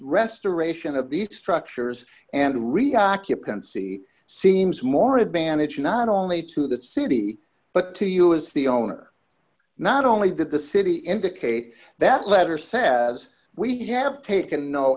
restoration of these structures and re occupancy seems more advantage not only to the city but to you as the owner not only did the city indicate that letter says we have taken no